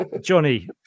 Johnny